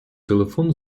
телефон